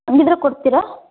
ಹಂಗಿದ್ರೆ ಕೊಡ್ತೀರಾ